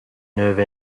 nerve